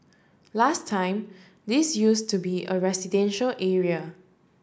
last time this used to be a residential area